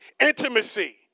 intimacy